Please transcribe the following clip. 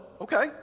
okay